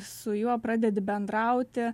su juo pradedi bendrauti